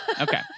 Okay